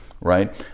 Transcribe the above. right